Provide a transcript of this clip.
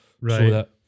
right